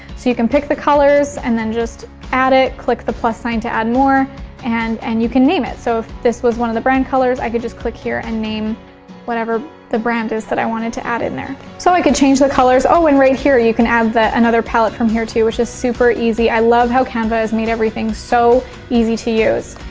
so you can pick the colors and then just add it. click the sign to add more and and you can name it. so if this was one of the brand colors, i could just click here and name whatever the brand is that i wanted to add in there. so i could change the colors. oh and right here you can add another palette from here too which is super easy. i love how canva has made everything so easy to use.